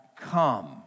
come